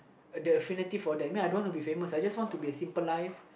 the affinity for that I mean I don't want to be famous I just want to be a simple life